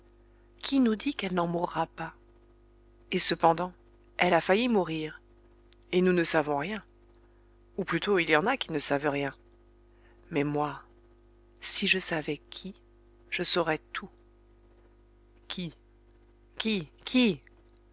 qui nous dit qu'elle n'en mourra pas et cependant elle a failli mourir et nous ne savons rien ou plutôt il y en a qui ne savent rien mais moi si je savais qui je saurais tout qui qui qui